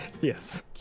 Yes